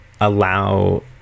allow